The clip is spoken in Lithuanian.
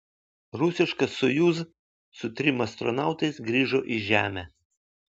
rusiška sojuz su trim astronautais grįžo į žemę